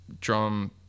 drum